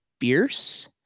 fierce